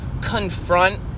confront